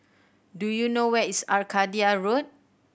do you know where is Arcadia Road